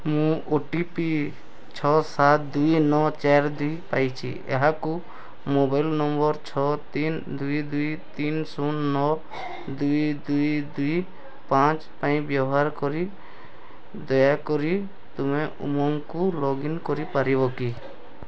ମୁଁ O T P ଛଅ ସାତ ଦୁଇ ନଅ ଚାରି ଦୁଇ ପାଇଛି ଏହାକୁ ମୋବାଇଲ୍ ନମ୍ବର୍ ଛଅ ତିନି ଦୁଇ ଦୁଇ ତିନି ଶୂନ ନଅ ଦୁଇ ଦୁଇ ଦୁଇ ପାଞ୍ଚ ପାଇଁ ବ୍ୟବହାର କରି ଦୟାକରି ତୁମେ ଉମଙ୍ଗକୁ ଲଗ୍ଇନ୍ କରି ପାରିବ କି